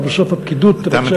אבל בסוף הפקידות תבצע את מה שהיא,